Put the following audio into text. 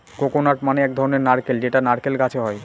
coconut মানে এক ধরনের নারকেল যেটা নারকেল গাছে হয়